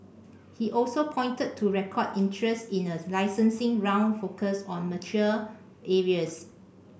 he also pointed to record interest in a licensing round focused on mature areas